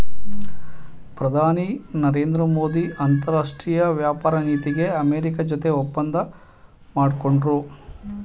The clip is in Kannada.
ಪ್ರಧಾನಿ ನರೇಂದ್ರ ಮೋದಿ ಅಂತರಾಷ್ಟ್ರೀಯ ವ್ಯಾಪಾರ ನೀತಿಗೆ ಅಮೆರಿಕ ಜೊತೆ ಒಪ್ಪಂದ ಮಾಡ್ಕೊಂಡ್ರು